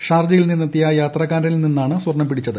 ഷാർജയിൽ നിന്നെത്തിയ യാത്രക്കാരനിൽ നിന്നാണ് സ്വർണം പിടിച്ചത്